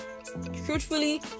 Truthfully